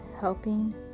helping